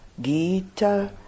Gita